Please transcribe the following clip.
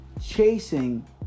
chasing